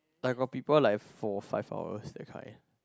but got people like four five hours that kind